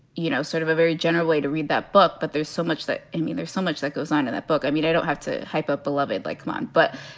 you know, sort of a very general way to read that book. but there's so much that i mean, there's so much that goes on in that book. i mean, i don't have to hype up beloved like mine. but,